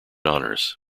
honors